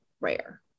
rare